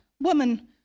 Woman